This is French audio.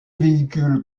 véhicules